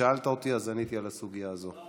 שאלת אותי, אז עניתי על הסוגיה הזאת.